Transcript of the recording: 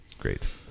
great